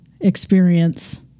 experience